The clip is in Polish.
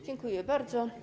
Dziękuję bardzo.